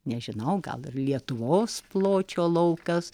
nežinau gal ir lietuvos pločio laukas